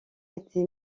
été